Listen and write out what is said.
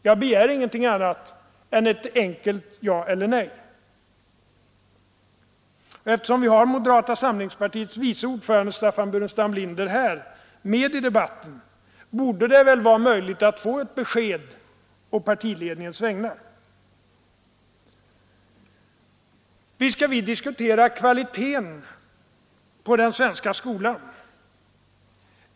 Jag begär inget annat svar än ett enkelt ja eller nej. Eftersom vi har moderata samlingspartiets vice ordförande Staffan Burenstam Linder med i debatten i dag, borde det vara möjligt att få ett besked å partiledningens vägnar. Visst skall vi diskutera kvaliteten på den svenska skolan!